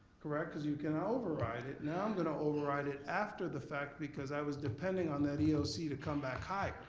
correct, cause you can override it. now i'm gonna override it after the fact because i was depending on that eoc to come back higher,